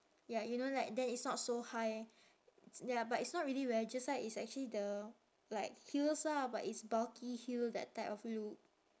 ya you know like then it's not so high ya but it's not really wedges ah it's actually the like heels lah but it's bulky heel that type of look